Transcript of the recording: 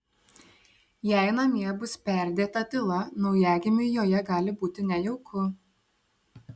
jei namie bus perdėta tyla naujagimiui joje gali būti nejauku